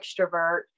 extrovert